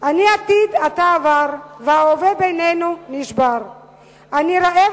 אני עתיד / אתה עבר / וההווה בינינו נשבר // אני רעב